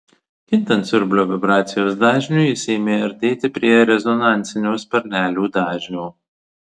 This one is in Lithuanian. kintant siurblio vibracijos dažniui jis ėmė artėti prie rezonansinio sparnelių dažnio